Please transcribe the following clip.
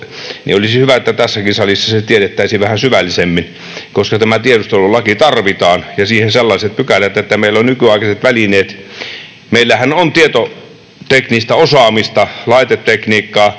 Olisi hyvä, että tässäkin salissa se tiedettäisiin vähän syvällisemmin, koska tämä tiedustelulaki tarvitaan ja siihen sellaiset pykälät, että meillä on nykyaikaiset välineet. Meillähän on tietoteknistä osaamista, laitetekniikkaa,